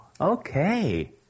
okay